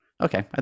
Okay